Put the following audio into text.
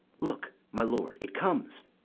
look, my lord, it comes!